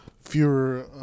fewer